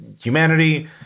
humanity